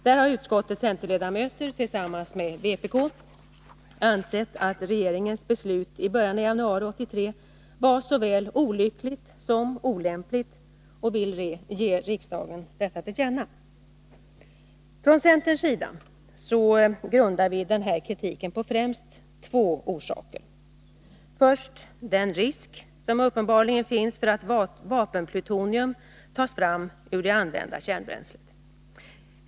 Där har utskottets centerledamöter tillsammans med vpk ansett att regeringens beslut i början av januari 1983 var såväl olyckligt som olämpligt, och man vill ge riksdagen detta till känna. Från centerns sida grundar vi denna kritik på främst två orsaker. Det gäller först den risk som uppenbarligen finns för att vapenplutonium tas fram ur det använda kärnbränslet.